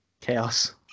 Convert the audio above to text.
chaos